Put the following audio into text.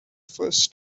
first